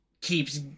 keeps